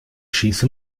schieße